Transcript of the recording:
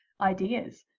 ideas